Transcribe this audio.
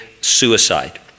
suicide